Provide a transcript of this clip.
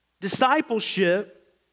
discipleship